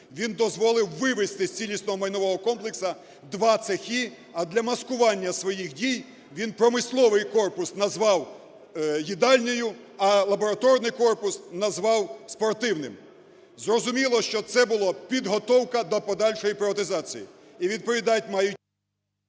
він дозволив вивести з цілісного майнового комплексу два цехи, а для маскування своїх дій він промисловий корпус назвав їдальнею, а лабораторний корпус назвав спортивним. Зрозуміло, що це була підготовка для подальшої приватизації.